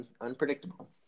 unpredictable